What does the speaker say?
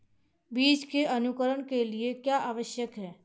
बीज के अंकुरण के लिए क्या आवश्यक है?